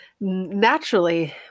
naturally